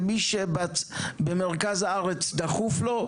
ומי שבמרכז הארץ דחוף לו,